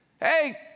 Hey